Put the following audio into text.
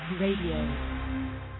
Radio